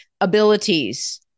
abilities